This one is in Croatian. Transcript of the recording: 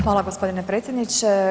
Hvala gospodine predsjedniče.